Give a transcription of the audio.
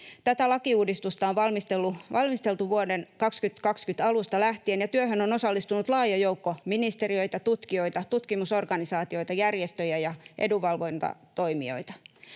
Tätä lakiuudistusta on valmisteltu vuoden 2020 alusta lähtien, ja työhön on osallistunut laaja joukko ministeriöitä, tutkijoita, tutkimusorganisaatioita, järjestöjä ja edunvalvontatoimijoita.